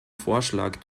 vorschlag